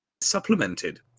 supplemented